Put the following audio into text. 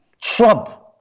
Trump